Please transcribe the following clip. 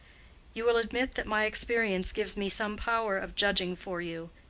you will admit that my experience gives me some power of judging for you,